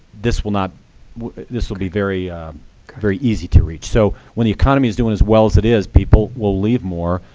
this will not this will be very very easy to reach. so when the economy is doing as well as it is, people will leave more,